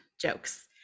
jokes